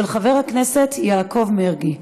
של חבר הכנסת יעקב מרגי.